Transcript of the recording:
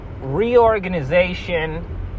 reorganization